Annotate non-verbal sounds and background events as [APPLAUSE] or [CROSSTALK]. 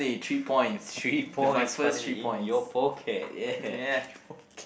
[NOISE] three points finally in your pocket yeah three point